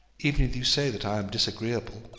even if you say that i am disagreeable.